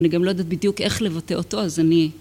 אני גם לא יודעת בדיוק איך לבטא אותו, אז אני...